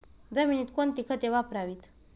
जमिनीत कोणती खते वापरावीत?